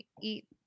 eat